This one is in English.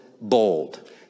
bold